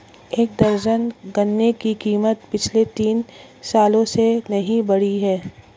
एक दर्जन गन्ने की कीमत पिछले तीन सालों से नही बढ़ी है